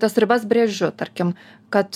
tas ribas brėžiu tarkim kad